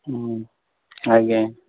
ଆଜ୍ଞା